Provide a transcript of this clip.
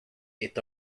est